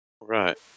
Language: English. Right